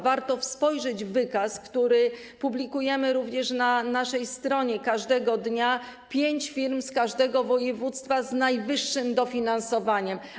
Warto spojrzeć w wykaz, który publikujemy na naszej stronie każdego dnia, pięć firm z każdego województwa z najwyższym dofinansowaniem.